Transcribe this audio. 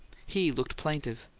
he looked plaintive.